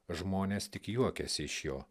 žmonės tik juokiasi iš jo